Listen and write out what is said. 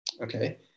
Okay